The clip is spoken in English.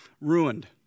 Ruined